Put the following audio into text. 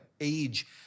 age